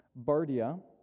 Bardia